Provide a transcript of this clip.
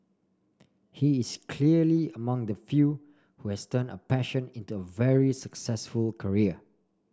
he is clearly among the few who has turned a passion into a very successful career